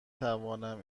توانم